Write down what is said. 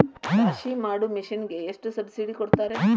ರಾಶಿ ಮಾಡು ಮಿಷನ್ ಗೆ ಎಷ್ಟು ಸಬ್ಸಿಡಿ ಕೊಡ್ತಾರೆ?